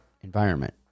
environment